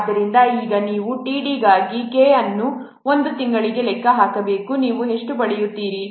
ಆದ್ದರಿಂದ ಈಗ ನೀವು t d ಗಾಗಿ K ಅನ್ನು 1 ತಿಂಗಳಿಗೆ ಲೆಕ್ಕ ಹಾಕಬೇಕು ನೀವು ಎಷ್ಟು ಪಡೆಯುತ್ತೀರಿ